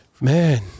Man